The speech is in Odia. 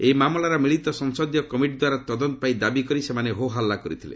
ଏହି ମାମଲାର ମିଳିତ ସଂସଦୀୟ କମିଟି ଦ୍ୱାରା ତଦନ୍ତ ପାଇଁ ଦାବିକରି ସେମାନେ ହୋ ହଲ୍ଲୁ କରିଥିଲେ